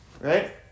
right